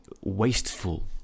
wasteful